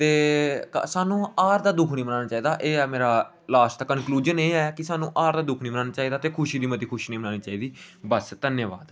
ते सानूं हार दा दुक्ख नेईं मनाना चाहिदा एह् मेरा लास्ट दा कनकलूजन एह् ऐ कि सानूं हार दा दुख नेईं मनाना चाहिदा ते खुशी दी मती खुशी नेईं मनानी चाहिदी बस धन्यबाद